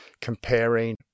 comparing